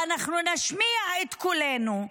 ואנחנו נשמיע את קולנו,